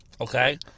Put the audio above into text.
Okay